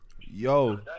Yo